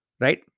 right